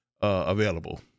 available